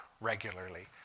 regularly